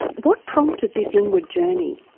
what prompted this inward journey?